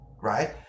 right